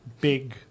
big